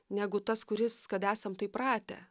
negu tas kuris kad esam taip pratę